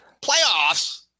playoffs